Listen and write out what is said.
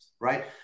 right